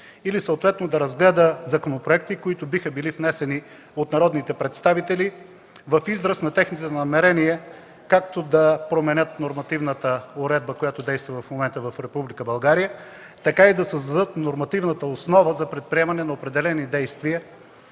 или съответно да разгледа законопроекти, които биха били внесени от народните представители в израз на техните намерения, както да променят нормативната уредба, която действа в момента в Република България, така и да създадат нормативната основа за предприемане на определени действия